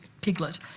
piglet